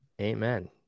Amen